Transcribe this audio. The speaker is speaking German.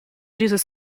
dieses